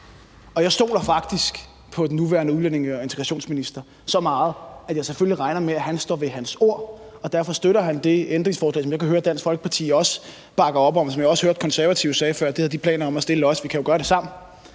meget på den nuværende udlændinge- og integrationsminister, at jeg selvfølgelig regner med, at han står ved sine ord og derfor støtter det ændringsforslag, som jeg kan høre Dansk Folkeparti også bakker op om, og som jeg før hørte De Konservative sige at de også havde planer om at stille – vi kan jo gøre det sammen.